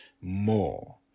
more